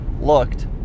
looked